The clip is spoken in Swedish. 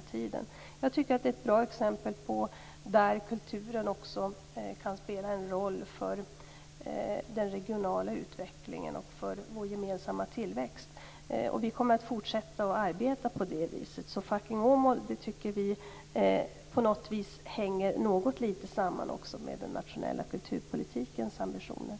tiden till nya. Jag tycker att detta är ett bra exempel på att kulturen kan spela en roll för den regionala utvecklingen och för vår gemensamma tillväxt. Vi kommer att fortsätta att arbeta på det viset, och vi tycker att Fucking Åmål på något vis hänger lite samman också med den nationella kulturpolitikens ambitioner.